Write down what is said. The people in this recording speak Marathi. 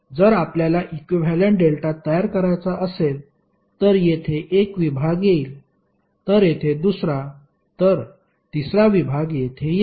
जर आपल्याला इक्विव्हॅलेंट डेल्टा तयार करायचा असेल तर येथे एक विभाग येईल तर येथे दुसरा तर तिसरा विभाग येथे येईल